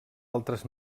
altres